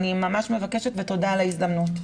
אני ממש מבקשת, ותודה על ההזדמנות.